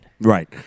Right